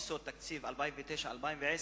חוק-יסוד לתקציב 2009 2010